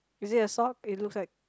is it a sock it looks like